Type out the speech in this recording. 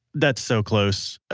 that's so close.